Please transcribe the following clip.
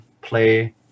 play